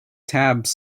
tabs